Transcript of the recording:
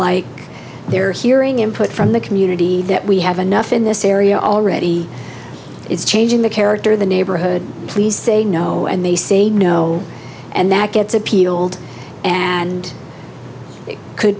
like they're hearing input from the community that we have enough in this area already it's changing the character of the neighborhood police say no and they say no and that gets appealed and it could